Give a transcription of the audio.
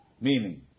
Meaning